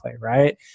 right